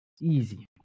easy